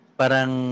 parang